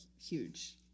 huge